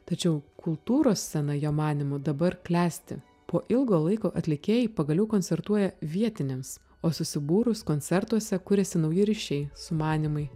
tačiau kultūros scena jo manymu dabar klesti po ilgo laiko atlikėjai pagaliau koncertuoja vietiniams o susibūrus koncertuose kuriasi nauji ryšiai sumanymai